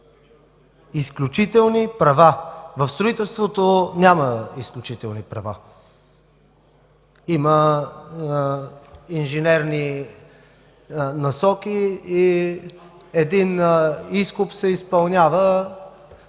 Изключителни права! В строителството няма изключителни права, има инженерни насоки и един изкоп се изпълнява